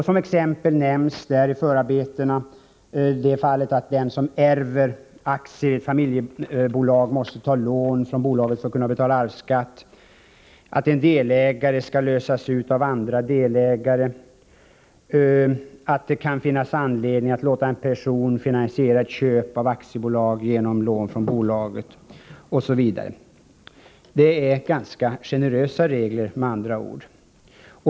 Som exempel nämns i förarbetena det fallet att den som ärver aktier i ett familjebolag måste ta lån från bolaget för att kunna betala arvsskatt, att en delägare skall lösas ut av andra delägare, att det kan finnas anledning att låta en person finansiera köp av ett aktiebolag genom lån från bolaget, osv. Det är med andra ord ganska generösa regler.